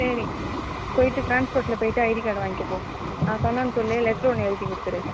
சரி போயிட்டு டிரான்ஸ்போர்டுல போயிட்டு ஐடி கார்டை வாங்கிக்க போ நான் சொன்னேன்னு சொல் லெட்ரு ஒன்று எழுதிக் கொடுத்துரு